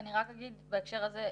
אני רק אגיד בהקשר הזה,